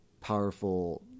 powerful